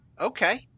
Okay